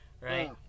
right